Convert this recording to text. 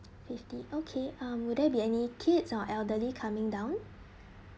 fifty okay uh will there be any kids or elderly coming down